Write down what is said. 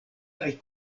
kaj